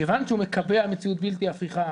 מכיוון שהוא מקבע מציאות בלתי הפיכה